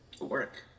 work